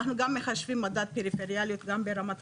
אנחנו גם מחשבים מדד פריפריאלי גם ברמת